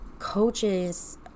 coaches